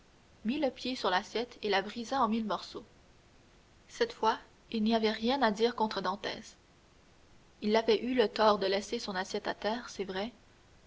mit le pied sur l'assiette et la brisa en mille morceaux cette fois il n'y avait rien à dire contre dantès il avait eu le tort de laisser son assiette à terre c'est vrai